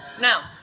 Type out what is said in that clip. Now